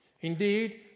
Indeed